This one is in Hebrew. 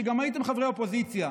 שגם הייתם חברי אופוזיציה,